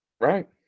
Right